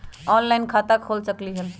Online खाता खोल सकलीह?